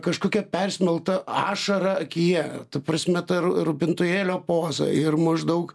kažkokia persmelkta ašara akyje ta prasme ar rūpintojėlio poza ir maždaug